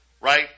right